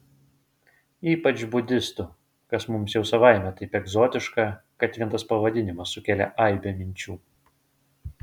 ypač budistų kas mums jau savaime taip egzotiška kad vien tas pavadinimas sukelia aibę minčių